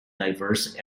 diverse